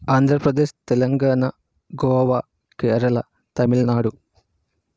Andhra Pradesh Telangana Goa Kerala Tamil Nadu